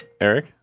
Eric